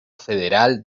federal